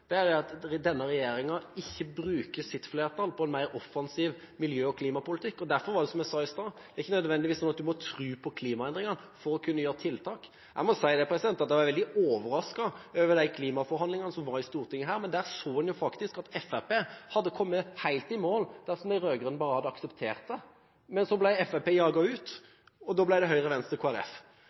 skuffet over, er at denne regjeringen ikke bruker sitt flertall på en mer offensiv miljø- og klimapolitikk. Derfor er det, som jeg sa i stad, ikke nødvendigvis slik at en må tro på klimaendringene for å kunne gjøre tiltak. Jeg må si at jeg var veldig overrasket over de klimaforhandlingene som var her i Stortinget. Der så en at Fremskrittspartiet hadde kommet helt i mål dersom de rød-grønne bare hadde akseptert det. Men så ble Fremskrittspartiet jaget ut. Da ble det Høyre, Venstre